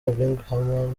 birmingham